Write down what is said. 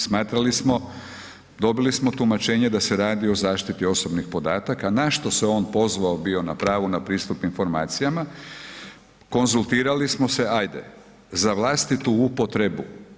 Smatrali smo, dobili smo tumačenje da se radi o zaštiti osobnih podataka na što se on pozvao na pravo na pristup informacijama, konzultirali smo se, ajde za vlastitu upotrebu.